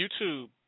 YouTube